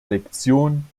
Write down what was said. lektion